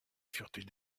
surtout